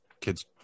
kids